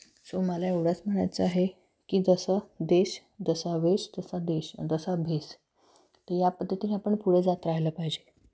so मला एवढंच म्हणायचं आहे की जसा देश जसा वेश तसा देश आणि जसा भेस तर या पद्धतीने आपण पुढे जात राहायला पाहिजे